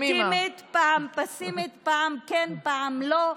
פעם אופטימית, פעם פסימית, פעם כן, פעם לא.